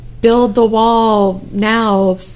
build-the-wall-now